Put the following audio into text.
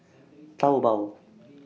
Taobao